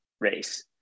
race